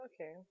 okay